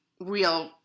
real